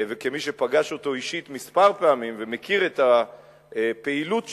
וכמי שפגש אותו אישית כמה פעמים ומכיר את הפעילות שלו,